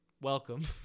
welcome